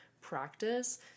practice